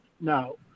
No